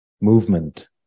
movement